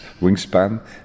wingspan